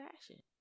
fashion